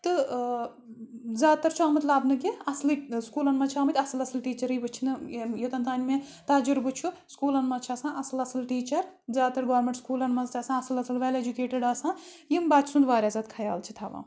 تہٕ زیادٕ تَر چھُ آمُت لَبنہٕ کہِ اَصلٕچ سکوٗلَن منٛز چھِ آمٕتۍ اَصٕل اَصٕل ٹیٖچرٕے وٕچھنہٕ یوٚتَن تانۍ مےٚ تَجرُبہٕ چھُ سکوٗلَن مَنٛز چھِ آسان اَصٕل اَصٕل ٹیٖچَر زیادٕتَر گورمٮ۪نٛٹ سکوٗلَن منٛز تہِ آسان اَصٕل اَصٕل وٮ۪ل اٮ۪جوکیٹٕڈ آسان یِم بَچہِ سُنٛد وارِیاہ زیادٕ خَیال چھِ تھَوان